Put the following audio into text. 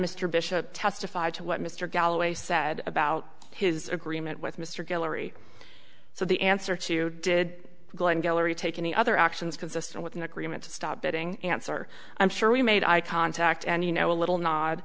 mr bishop testified to what mr galloway said about his agreement with mr guillory so the answer to you did go and gallery take any other actions consistent with an agreement to stop betting answer i'm sure we made eye contact and you know a little nod